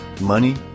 Money